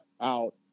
out